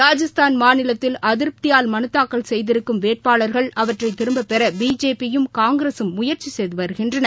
ராஜஸ்தான் மாநிலத்தில் அதிருப்தியால் மனுதாக்கல் செய்திருக்கும் வேட்பாளர்கள் அவற்றைதிரும்பப்பெறபிஜேபி யும் காங்கிரஸும் முயற்சிசெய்துவருகின்றன